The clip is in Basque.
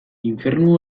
infernu